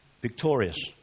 victorious